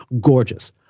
Gorgeous